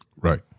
Right